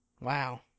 Wow